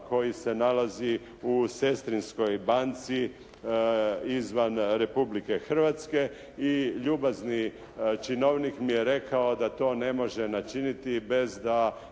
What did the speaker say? koji se nalazi u sestrinskoj banci izvan Republike Hrvatske i ljubazni činovnik mi je rekao da to ne može načiniti bez da